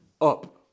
up